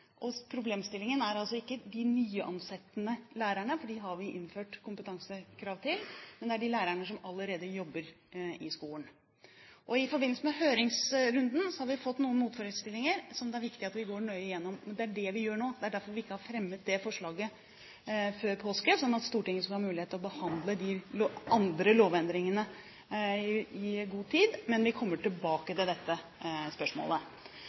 allerede jobber i skolen. Og i forbindelse med høringsrunden har vi fått noen motforestillinger som det er viktig at vi går nøye gjennom. Det er det vi gjør nå. Det er derfor vi ikke fremmet dette forslaget før påske slik at Stortinget skulle ha mulighet til å behandle de andre lovendringene i god tid, men vi kommer tilbake til dette spørsmålet.